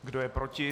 Kdo je proti?